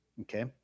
okay